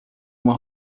uma